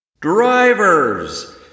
Drivers